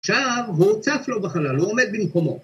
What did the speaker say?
שער, הוא צף לו בחלל, הוא עומד במקומו.